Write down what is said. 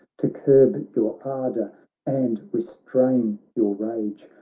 to curb your ardour and restrain your rage,